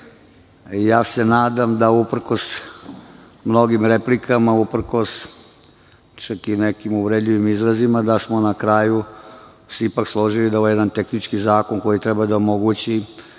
se da, uprkos mnogim replikama, uprkos čak i nekim uvredljivim izrazima, smo se ipak složili da je ovo jedan tehnički zakon, koji treba da omogući